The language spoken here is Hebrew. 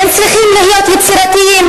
והם צריכים להיות יצירתיים,